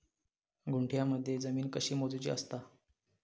गुंठयामध्ये जमीन कशी मोजूची असता?